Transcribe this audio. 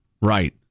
right